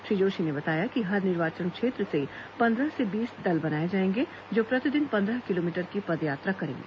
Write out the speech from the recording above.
श्री जोशी ने बताया कि हर निर्वाचन क्षेत्र में पंद्रह से बीस दल बनाए जायेंगे जो प्रतिदिन पंद्रह किलोमीटर की पदयात्रा करेंगे